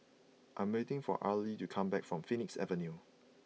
I am waiting for Arely to come back from Phoenix Avenue